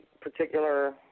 particular